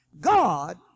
God